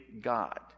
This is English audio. God